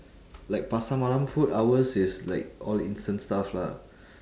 like pasar malam food ours is like all instant stuff lah